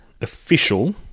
official